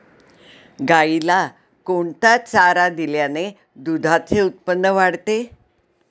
गाईला कोणता चारा दिल्याने दुधाचे उत्पन्न वाढते?